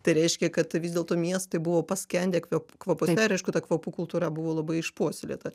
tai reiškia kad vis dėlto miestai buvo paskendę kvėp kvapuose ir aišku ta kvapų kultūra buvo labai išpuoselėta